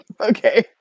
Okay